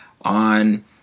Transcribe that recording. on